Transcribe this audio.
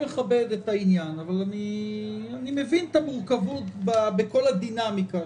אני מבין את המורכבות שבכל הדינמיקה,